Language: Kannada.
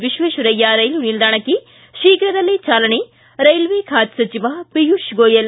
ವಿಶ್ವೇಶ್ವರಯ್ತ ರೈಲು ನಿಲ್ದಾಣಕ್ಕೆ ಶೀಘ್ರದಲ್ಲೇ ಚಾಲನೆ ರೈಲ್ವೆ ಖಾತೆ ಸಚಿವ ಪಿಯೂಷ್ ಗೋಯಲ್